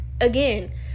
again